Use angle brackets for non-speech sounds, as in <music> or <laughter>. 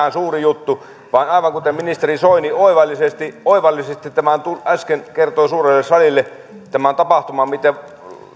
<unintelligible> on suuri juttu vaan aivan kuten ministeri soini oivallisesti oivallisesti äsken kertoi suurelle salille tämän tapahtuman miten